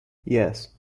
yes